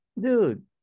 Dude